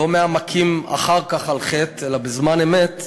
לא מהמכים אחר כך על חטא, אלא בזמן אמת,